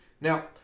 Now